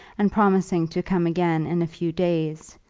and promising to come again in a few days,